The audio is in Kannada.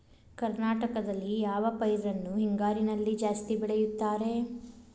ಕರ್ನಾಟಕದಲ್ಲಿ ಯಾವ ಪೈರನ್ನು ಹಿಂಗಾರಿನಲ್ಲಿ ಜಾಸ್ತಿ ಬೆಳೆಯುತ್ತಾರೆ?